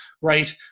right